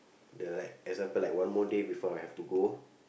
the like example like one more day before I have to go